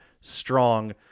strong